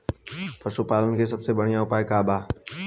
पशु पालन के सबसे बढ़ियां उपाय का बा?